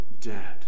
dead